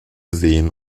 seen